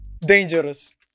dangerous